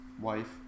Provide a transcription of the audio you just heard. wife